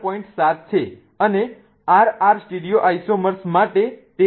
7 છે અને RR stereo isomer માટે તે 12